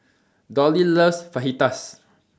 Dolly loves Fajitas